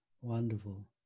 wonderful